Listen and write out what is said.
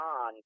on